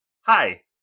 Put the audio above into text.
Hi